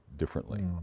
Differently